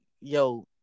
yo